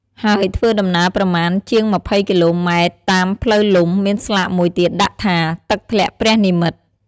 ហើយធ្វើដំណើរប្រមាណ ជាង២០គីឡូម៉ែត្រតាមផ្លូវលំ មានស្លាកមួយទៀតដាក់ថា “ទឹកធ្លាក់ព្រះនិមិត្ត”។